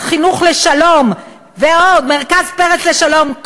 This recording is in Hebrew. חינוך לשלום, ועוד, מרכז פרס לשלום.